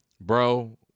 Bro